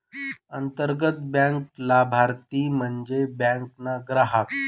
अंतर्गत बँक लाभारती म्हन्जे बँक ना ग्राहक